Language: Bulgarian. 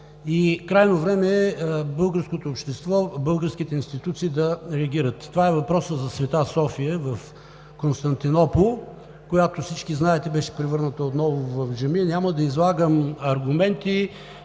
Крайно време е българското общество, българските институции да реагират. Това е въпросът за „Света София“ в Константинопол, която, всички знаете, беше превърната отново в джамия. Няма да излагам аргументи